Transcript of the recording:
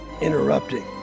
interrupting